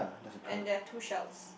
and there're two shells